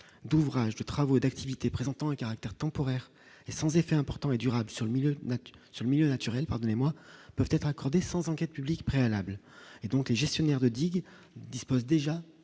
d'ouvrage des travaux d'activités présentant un caractère temporaire et sans effets importants et durables sur le milieu naturel sur le milieu naturel, pardonnez-moi, peuvent être accordées sans enquête publique préalables et donc les gestionnaires de digues dispose déjà